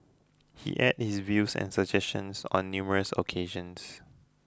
he aired his views and suggestions on numerous occasions